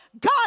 God